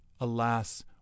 Alas